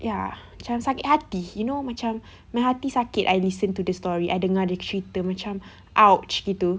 ya macam sakit hati you know macam hati sakit I listen to the story dia cerita macam !ouch! gitu